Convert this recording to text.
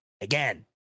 again